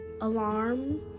Alarm